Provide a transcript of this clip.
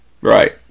Right